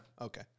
Okay